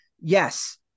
yes